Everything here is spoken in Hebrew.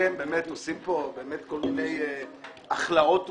אתם באמת עושים פה כל מיני הכלאות מוזרות.